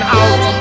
out